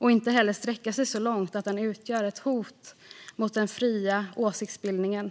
och inte heller sträcka sig så långt att de utgör ett hot mot den fria åsiktsbildningen.